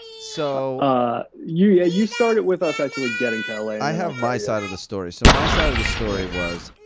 so you yeah you start it with us actually getting to l a. i have my side of the story. so my side of the story was.